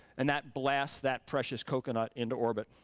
and that blasts that precious coconut into orbit.